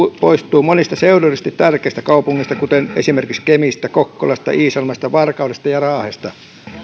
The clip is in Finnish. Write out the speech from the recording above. poistuu monista seudullisesti tärkeistä kaupungeista kuten esimerkiksi kemistä kokkolasta iisalmesta varkaudesta ja raahesta